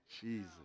Jesus